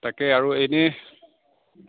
তাকেই আৰু এনে